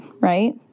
right